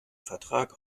vertrag